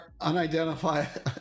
Unidentified